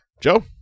Joe